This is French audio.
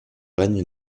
règne